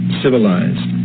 civilized